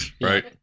right